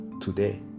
today